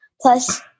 plus